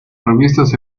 revistas